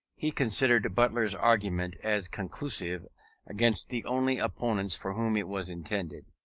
he considered butler's argument as conclusive against the only opponents for whom it was intended.